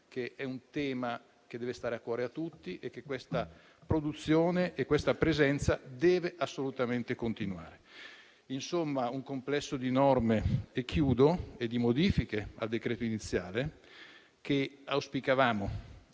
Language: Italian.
sia un tema che deve stare a cuore a tutti e che questa produzione e questa presenza devono assolutamente continuare. In conclusione, si tratta di un complesso di norme e di modifiche al decreto iniziale che auspicavamo